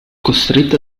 costretta